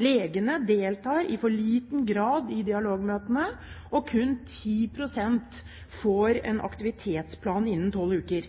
Legene deltar i for liten grad i dialogmøtene, og kun 10 pst. får en aktivitetsplan innen tolv uker.